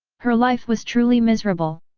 her life was truly miserable.